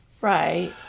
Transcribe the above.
right